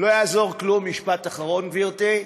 לא יעזור כלום, משפט אחרון, גברתי,